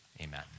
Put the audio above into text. amen